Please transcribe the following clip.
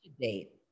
date